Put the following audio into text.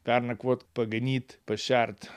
pernakvot paganyt pašert